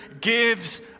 gives